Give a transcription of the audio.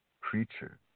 creature